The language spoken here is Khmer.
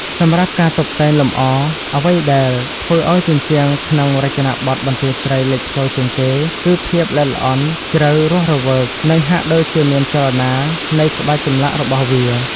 សម្រាប់់ការតុបតែងលម្អ អ្វីដែលធ្វើឱ្យជញ្ជាំងក្នុងរចនាបថបន្ទាយស្រីលេចធ្លោជាងគេ គឺ ភាពល្អិតល្អន់ ជ្រៅ រស់រវើក និងហាក់ដូចជាមានចលនា នៃក្បាច់ចម្លាក់របស់វា។